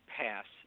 pass